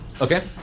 Okay